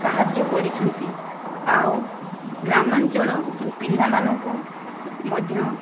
ସାହାଯ୍ୟ କରିଛନ୍ତି ଆଉ ଗ୍ରାମଞ୍ଚଳ ପିଲାମାନଙ୍କୁ ମଧ୍ୟ